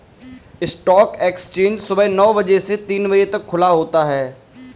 stock exchange सुबह नो बजे से तीन बजे तक खुला होता है